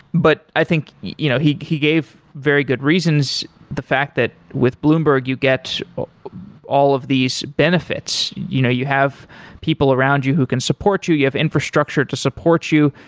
but i think, you know he he gave very good reasons, the fact that with bloomberg, you get all of these benefits. you know you have people around you who can support you, you have infrastructure to support you,